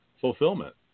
fulfillment